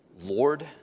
Lord